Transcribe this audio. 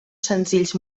senzills